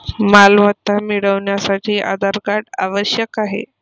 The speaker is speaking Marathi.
मालमत्ता मिळवण्यासाठी आधार कार्ड आवश्यक आहे